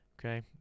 Okay